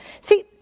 See